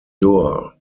ure